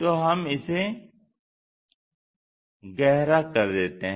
तो हम इसे गहरा कर देते हैं